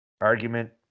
argument